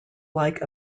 like